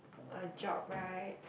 a job right